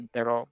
Pero